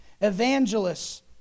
Evangelists